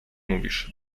mówisz